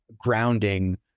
grounding